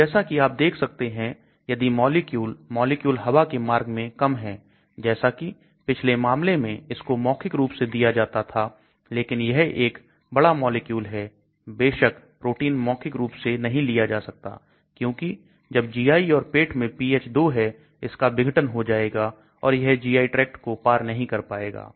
तो जैसा कि आप देख सकते हैं यदि मॉलिक्यूल मॉलिक्यूल हवा के मार्ग में कम है जैसा कि पिछले मामले में इसको मौखिक रूप से दिया जा सकता था लेकिन यह एक बड़ा मॉलिक्यूल है बेशक प्रोटीन मौखिक रूप से नहीं लिया जा सकता क्योंकि जब GI और पेट में pH 2 है इसका विघटन हो जाएगा और यह GI tract को पार नहीं कर पाएगा